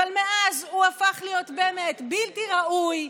אבל מאז הוא הפך להיות באמת בלתי ראוי,